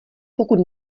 pokud